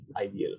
ideal